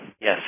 Yes